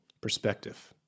perspective